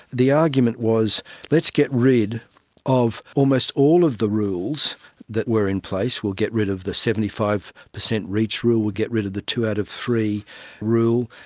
the argument was let's get rid of almost all of the rules that were in place, we'll get rid of the seventy five percent reach rule, we will get rid of the two out of three rule,